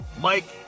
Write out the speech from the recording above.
Mike